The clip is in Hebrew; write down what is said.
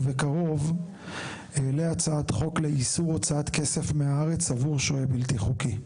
ובקרוב אעלה הצעת חוק לאיסור הוצאת כסף מהארץ עבור שוהה בלתי חוקי.